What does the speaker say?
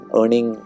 earning